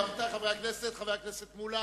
רבותי חברי הכנסת, חבר הכנסת מולה,